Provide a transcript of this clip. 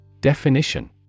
Definition